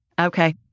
Okay